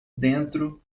dentro